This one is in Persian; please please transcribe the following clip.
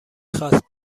خواست